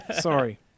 Sorry